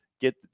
get